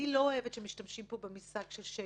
אני לא אוהבת שמשתמשים פה במושג "שיימינג".